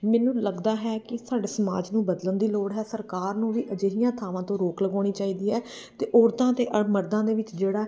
ਮੈਨੂੰ ਲੱਗਦਾ ਹੈ ਕਿ ਸਾਡੇ ਸਮਾਜ ਨੂੰ ਬਦਲਣ ਦੀ ਲੋੜ ਹੈ ਸਰਕਾਰ ਨੂੰ ਵੀ ਅਜਿਹੀਆਂ ਥਾਵਾਂ ਤੋਂ ਰੋਕ ਲਗਾਉਣੀ ਚਾਹੀਦੀ ਹੈ ਅਤੇ ਔਰਤਾਂ ਅਤੇ ਮਰਦਾਂ ਦੇ ਵਿੱਚ ਜਿਹੜਾ